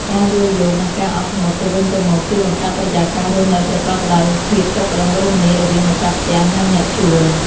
ការយល់យោគនិងការអត់ធ្មត់ទៅវិញទៅមកជួយបង្កើតបរិយាកាសរស់នៅប្រកបដោយភាពសុខដុមរមនារវាងម្ចាស់ផ្ទះនិងអ្នកជួល។